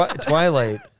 Twilight